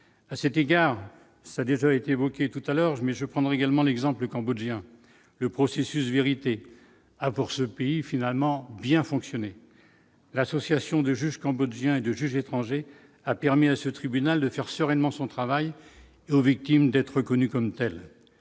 à cet égard, ça a déjà été évoqué tout à l'heure, je mets je prendre également l'exemple cambodgien le processus vérité a pour ce pays finalement bien fonctionné, l'association des juges cambodgiens et de juges étrangers a permis à ce tribunal de faire sereinement son travail et aux victimes d'être reconnues comme telles,